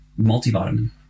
multivitamin